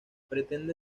pretende